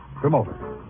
Promoter